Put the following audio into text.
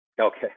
Okay